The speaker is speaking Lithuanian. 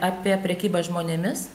apie prekybą žmonėmis